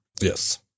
yes